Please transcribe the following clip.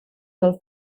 del